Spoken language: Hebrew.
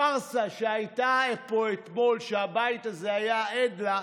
הפארסה שהייתה פה אתמול, שהבית הזה היה עד לה,